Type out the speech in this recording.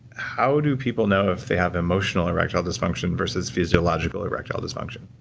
how do people know if they have emotional erectile dysfunction versus physiological erectile dysfunction?